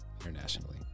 internationally